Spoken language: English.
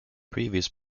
previous